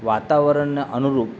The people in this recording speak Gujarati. વાતાવરણને અનુરૂપ